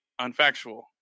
unfactual